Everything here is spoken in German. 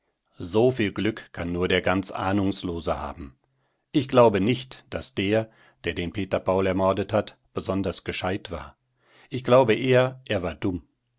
so viel glück kann nur der ganz ahnungslose haben ich glaube nicht daß der der den peter paul ermordet hat besonders gescheit war ich glaube eher er war dumm